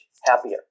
happier